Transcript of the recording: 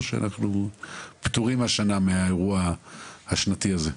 שאנחנו פתורים השנה מהאירוע השנתי הזה?